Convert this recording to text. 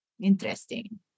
Interesting